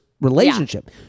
relationship